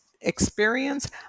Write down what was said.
experience